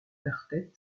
quartet